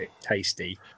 tasty